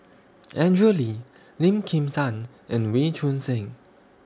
Andrew Lee Lim Kim San and Wee Choon Seng